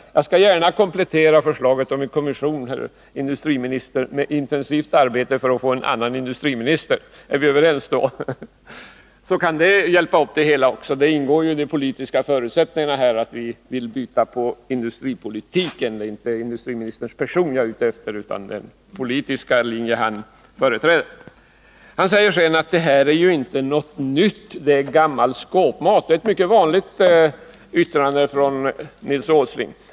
Jag skall gärna komplettera förslaget om en kommission, herr industriminister, med att säga att det behövs ett intensivt arbete för att få en annan industriminister. Är vi överens då? Detta kan kanske hjälpa upp det hela. Det ingår i de politiska förutsättningarna att vi vill byta ut industripolitiken — det är inte industriministern som person utan den politiska linje han företräder som det här gäller. Industriministern säger sedan att vad vi föreslagit inte är någonting nytt utan att det är gammal skåpmat. Ja, det är ett vanligt yttrande av Nils Åsling.